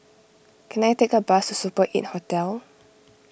can I take a bus to Super eight Hotel